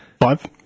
Five